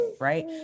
right